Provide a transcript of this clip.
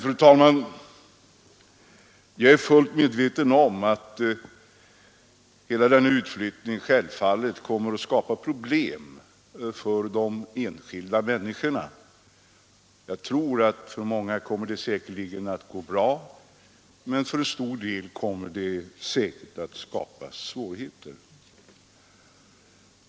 Jag är fullt medveten om att denna utflyttning kommer att skapa problem för de enskilda människorna — för många kommer det säkerligen att gå bra, men för en stor del kommer det att bli svårigheter.